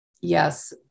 Yes